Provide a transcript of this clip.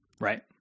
Right